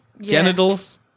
Genitals